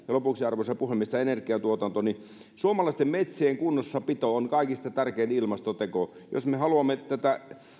ja lopuksi arvoisa puhemies tämä energiantuotanto suomalaisten metsien kunnossapito on kaikista tärkein ilmastoteko jos me haluamme